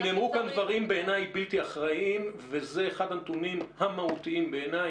כי נאמרו פה דברים בלתי אחראים וזה אחד הנתונים המהותיים בעיניי,